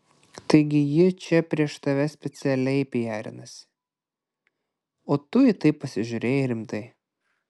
taigi ji čia prieš tave specialiai pijarinasi o tu į tai pasižiūrėjai rimtai